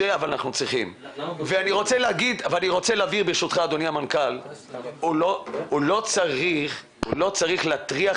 אני רוצה לומר ברשותך אדוני המנכ"ל שהוא לא צריך להטריח